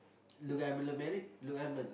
married